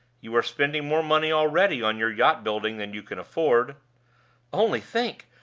you are spending more money already on your yacht-building than you can afford only think!